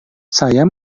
saya